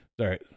Sorry